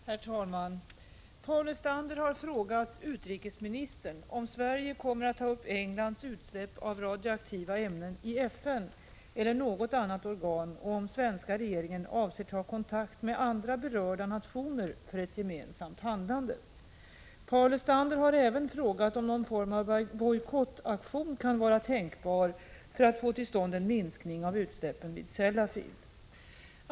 Herr talman! Paul Lestander har frågat utrikesministern om Sverige kommer att ta upp Englands utsläpp av radioaktiva ämnen i FN eller något annat organ och om den svenska regeringen avser ta kontakt med andra berörda nationer för ett gemensamt handlande. Paul Lestander har även frågat om någon form av bojkottaktion kan vara tänkbar för att få till stånd en minskning av utsläppen vid Sellafield.